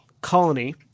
colony